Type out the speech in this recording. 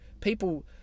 people